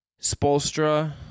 Spolstra